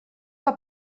que